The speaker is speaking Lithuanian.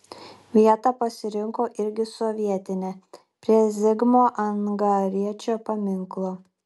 vietą pasirinko irgi sovietinę prie zigmo angariečio paminklo